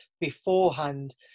beforehand